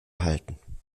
halten